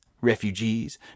refugees